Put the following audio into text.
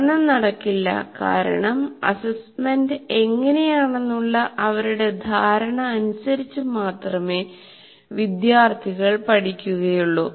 പഠനം നടക്കില്ല കാരണം അസ്സെസ്സ്മെന്റ് എങ്ങിനെയാണെന്നുള്ള അവരുടെ ധാരണ അനുസരിച്ച് മാത്രമേ വിദ്യാർത്ഥികൾ പഠിക്കുകയുള്ളൂ